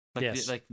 Yes